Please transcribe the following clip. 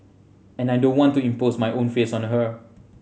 and I don't want to impose my own fears on her